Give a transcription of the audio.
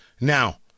Now